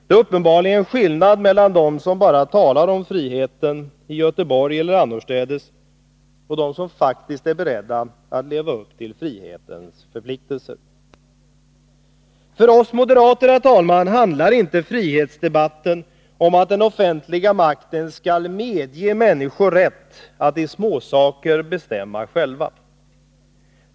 Det är uppenbarligen skillnad mellan dem som i Göteborg eller annorstädes bara talar om friheten och dem som faktiskt är beredda att leva upp till frihetens förpliktelser. För oss moderater handlar inte frihetsdebatten om att den offentliga makten skall ge människor rätt att i småsaker bestämma själva.